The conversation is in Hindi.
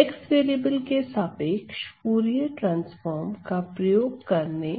x वेरिएबल के सापेक्ष फूरिये ट्रांसफॉर्म का प्रयोग करने